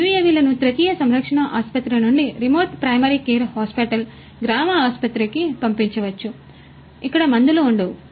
యుఎవిలను తృతీయ సంరక్షణ ఆసుపత్రి నుండి రిమోట్ ప్రైమరీ కేర్ హాస్పిటల్ గ్రామ ఆసుపత్రికి పంపవచ్చు అక్కడ మందులు ఉండవు